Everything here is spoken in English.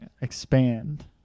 expand